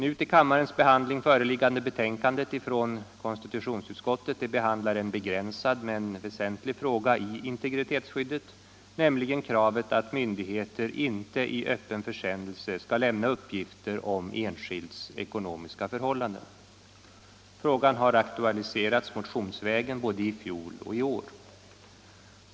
Det nu föreliggande betänkandet från konstitutionsutskottet behandlar en begränsad men väsentlig fråga i integritetsskyddet, nämligen kravet på att myndigheter inte i öppna försändelser skall lämna uppgifter om enskilds ekonomiska förhållanden. Frågan har aktualiserats motionsvägen både i fjol och i år.